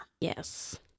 Yes